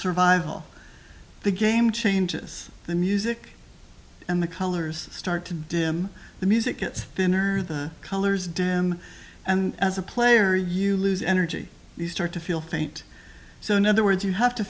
survival the game changes the music and the colors start to dim the music gets thinner the colors dim and as a player you lose energy you start to feel faint so in other words you have to